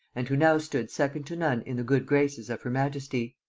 and who now stood second to none in the good graces of her majesty.